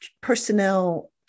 personnel